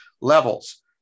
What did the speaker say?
levels